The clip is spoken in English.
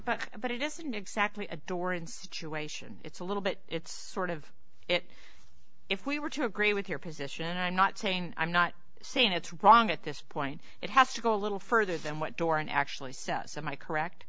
but but it isn't exactly a dorian situation it's a little bit it's sort of it if we were to agree with your position i'm not saying i'm not saying it's wrong at this point it has to go a little further than what doron actually says and i correct